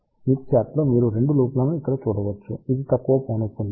Smith చార్టులో మీరు 2 లూప్లను ఇక్కడ చూడవచ్చు ఇది తక్కువ పౌనఃపున్యం